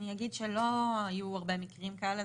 אגיד שלא היו הרבה מקרים כאלה,